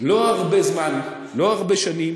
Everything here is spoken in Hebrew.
לא הרבה זמן, לא הרבה שנים,